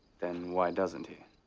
then why doesn't he?